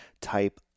type